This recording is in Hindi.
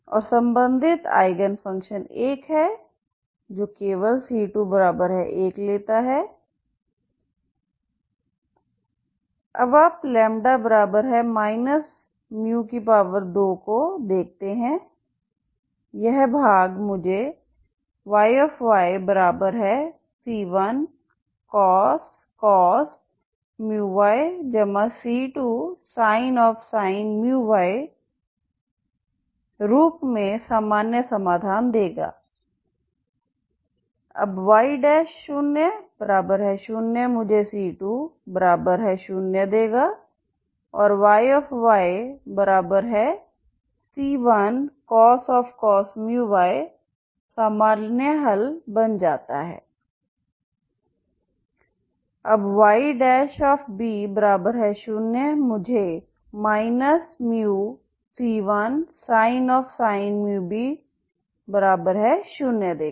और संबंधित आईगन फंक्शन 1 है जो केवल c21 लेता है अब आप λ 2 को देखते हैं यह भाग मुझे Yyc1cos μy c2sin μy रूप में सामान्य समाधान देगा अब Y00 मुझे c20 देगाऔर Yyc1cos μy सामान्य हल बन जाता है अब Yb0 मुझे μc1sin μb 0देगा